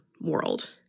world